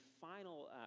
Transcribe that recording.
final